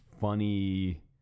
funny